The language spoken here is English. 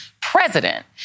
president